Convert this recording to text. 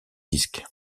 disque